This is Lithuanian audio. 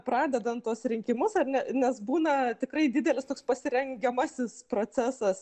pradedant tuos rinkimus ar ne nes būna tikrai didelis toks pasirengiamasis procesas